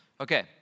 okay